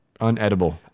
Unedible